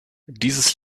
dieses